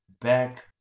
back